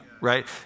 right